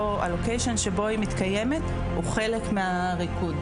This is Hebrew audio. הלוקיישן שבו היא מתקיימת הוא חלק מהריקוד,